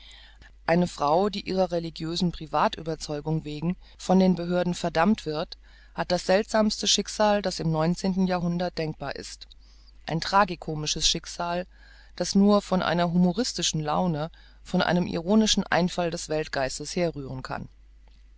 eine frau die ihrer religiösen privat überzeugung wegen von den behörden verdammt wird hat das seltsamste schicksal das im neunzehnten jahrhundert denkbar ist ein tragikomisches schicksal das nur von einer humoristischen laune von einem ironischen einfall des weltgeistes herrühren kann